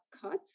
cut